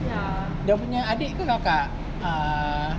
dia punya adik ke kakak uh